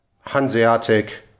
Hanseatic